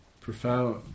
profound